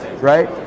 right